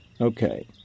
Okay